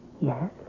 Yes